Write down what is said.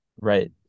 Right